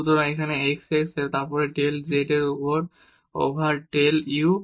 সুতরাং আমরা এখানে x x এবং তারপর del z over del u